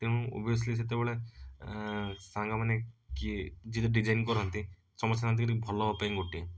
ତେଣୁ ଓଭିଅସ୍ଲି ସେତେବେଳେ ସାଙ୍ଗମାନେ କିଏ ଯିଏକି ଡିଜାଇନ୍ କରନ୍ତି ସମସ୍ତେ ଚାହାନ୍ତି କେମିତି ଭଲ ହେବା ପାଇଁ ଗୋଟେ